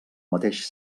mateix